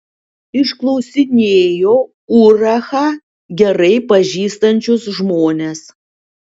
išklausinėjo urachą gerai pažįstančius žmones